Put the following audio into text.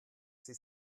sie